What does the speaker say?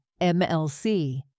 MLC